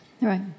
Right